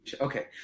okay